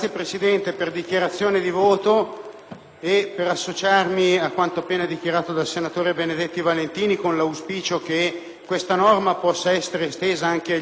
vorrei associarmi a quanto appena dichiarato dal senatore Benedetti Valentini con l'auspicio che questa norma possa essere estesa anche agli aiuti universitari e non solo ai primari.